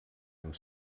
amb